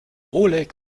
oleg